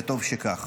וטוב שכך.